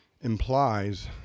implies